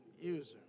user